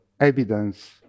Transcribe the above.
evidence